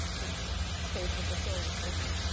which stays with us always doesn't it?